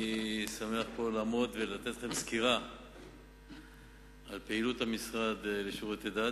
אני שמח לעמוד פה ולתת לכם סקירה על פעילות המשרד לשירותי דת.